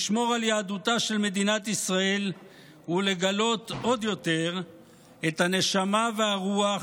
לשמור על יהדותה של מדינת ישראל ולגלות עוד יותר את הנשמה והרוח